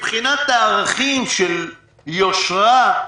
מבחינת הערכים של יושרה,